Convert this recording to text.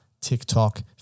TikTok